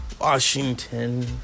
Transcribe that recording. Washington